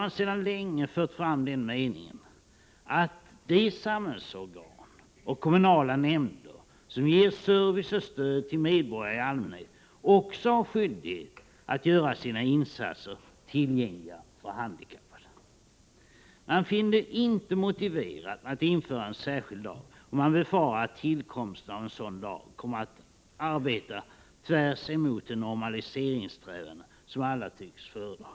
Förbundet har länge framfört meningen att de samhällsorgan och kommunala nämnder som ger service och stöd till medborgare i allmänhet också har skyldighet att göra sina insatser tillgängliga för handikappade. Man finner det inte motiverat att införa en särskild lag, och man befarar att tillkomsten av en sådan lag kommer att verka tvärs emot de normaliseringssträvanden som alla tycks föredra.